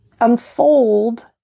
unfold